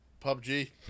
PUBG